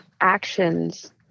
actions